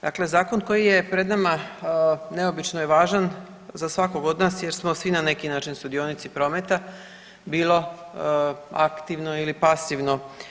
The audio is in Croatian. Dakle, zakon koji je pred nama neobično je važan za svakog od nas jer smo svi na neki način sudionici prometa bilo aktivno ili pasivno.